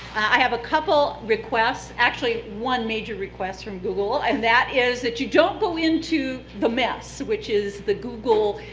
i have a couple requests, actually one major request from google, and that is that you don't go into the mess, which is the google